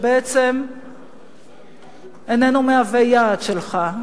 שבעצם איננו מהווה יעד שלך.